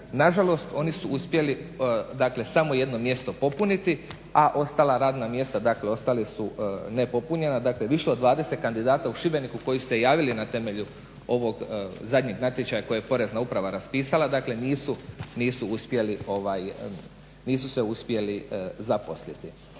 nažalost oni su uspjeli, dakle samo jedno mjesto popuniti, a ostala radna mjesta dakle ostala su ne popunjena. Dakle, više od 20 kandidata u Šibeniku koji su se javili na temelju ovog zadnjeg natječaja kojeg je porezna uprava raspisala, dakle nisu uspjeli, nisu